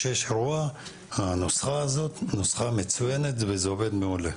כשיש אירוע הנוסחה הזאת היא נוסחה מצוינת וזה עובד מעולה.